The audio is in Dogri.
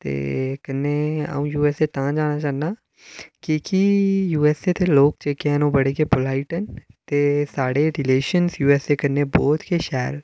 ते कन्नै अ'ऊं यू एस ए तां जाना चाह्न्ना की कि यू एस ए दे लोक जेह्के न ओह् बडे़ गै पुलाइट न ते साढ़े रिलेशन यू एस ए कन्नै बहुत गै शैल न